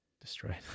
Destroyed